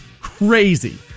crazy